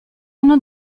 hanno